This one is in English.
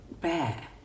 bear